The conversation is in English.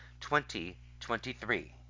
2023